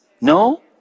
No